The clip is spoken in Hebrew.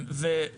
ובדברים כאלה.